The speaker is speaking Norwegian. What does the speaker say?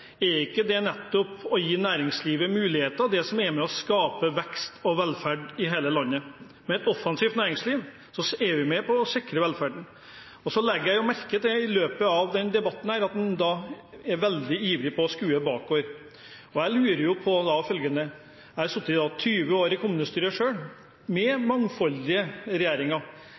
Er ikke dette nettopp å gi næringslivet muligheter, det som er med på å skape vekst og velferd i hele landet? Med et offensivt næringsliv er vi med på å sikre velferden. Så legger jeg merke til i løpet av denne debatten at en er veldig ivrig etter å skue bakover, og jeg lurer da på følgende: Jeg har selv sittet 20 år i kommunestyret – under mangfoldige regjeringer.